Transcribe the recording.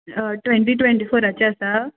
ट्वँटी ट्वँटी फोराचे आसा